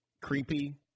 Creepy